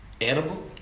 Edible